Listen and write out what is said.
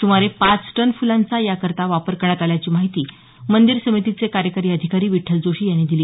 सुमारे पाच टन फुलांचा याकरता वापर करण्यात आल्याची माहिती मंदिर समितीचे कार्यकारी अधिकारी विठ्ठल जोशी यांनी दिली